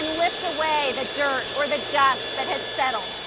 liftt away the dirt or the dust settled.